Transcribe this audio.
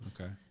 Okay